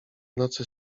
nocy